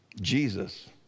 Jesus